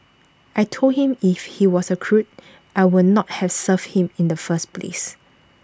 I Told him if he was A crook I would not have served him in the first place